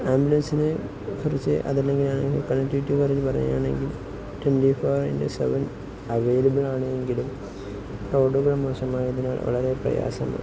ആംബുലൻസിനെക്കുറിച്ച് അതല്ലെങ്കിൽ അതിന്റെ കണക്റ്റിവിറ്റിയെ പറ്റി പറയുകയാണെങ്കിൽ twenty four into seven available ആണെങ്കിലും റോഡുകള് മോശമായതിനാൽ വളരെ പ്രയാസമാണ്